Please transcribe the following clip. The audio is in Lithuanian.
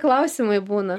klausimai būna